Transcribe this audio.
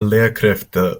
lehrkräfte